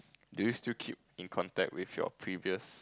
do you still keep in contact with your previous